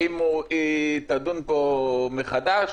האם היא תדון בו מחדש?